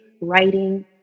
writing